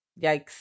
Yikes